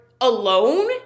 alone